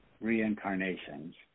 reincarnations